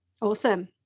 Awesome